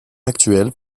actuelle